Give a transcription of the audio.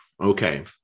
Okay